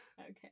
Okay